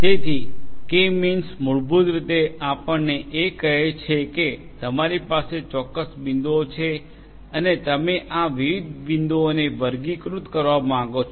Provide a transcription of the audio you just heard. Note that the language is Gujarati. તેથી કે મીન્સ મૂળભૂત રીતે આપણને એ કહે છે કે તમારી પાસે ચોક્કસ બિંદુઓ છે અને તમે આ વિવિધ બિંદુઓને વર્ગીકૃત કરવા માંગો છો